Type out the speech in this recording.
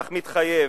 אך מתחייב.